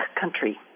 country